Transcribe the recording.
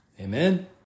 Amen